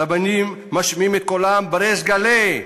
רבנים משמיעים את קולם בריש גלי,